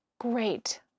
Great